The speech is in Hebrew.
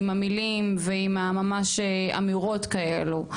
עם המילים ועם ממש אמירות כאלו.